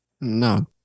No